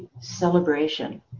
celebration